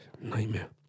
Nightmare